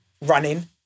running